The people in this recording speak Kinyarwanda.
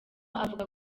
avuga